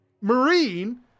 marine